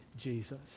Jesus